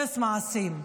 אפס מעשים.